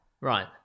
right